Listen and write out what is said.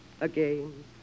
again